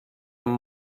amb